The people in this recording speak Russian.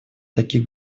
таких